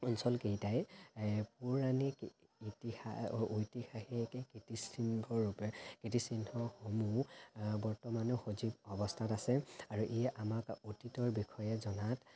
অঞ্চলকেইটাই পৌৰাণিক ইতিহা ঐতিহাসিক কীৰ্তিচিহ্নৰূপে কীৰ্তিচিহ্নসমূহ বৰ্তমানো সজীৱ অৱস্থাত আছে আৰু ই আমাক অতীতৰ বিষয়ে জনাত